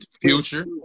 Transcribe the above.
future